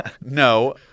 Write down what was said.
no